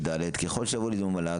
ד' ככל שיבואו לדיון במל"ג,